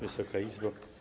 Wysoka Izbo!